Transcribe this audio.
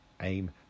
aim